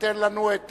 ותיתן לנו את